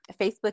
Facebook